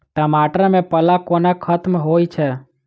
टमाटर मे पाला कोना खत्म होइ छै?